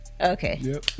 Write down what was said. Okay